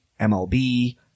MLB